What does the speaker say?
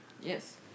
Yes